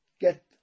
get